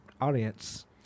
audience